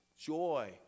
joy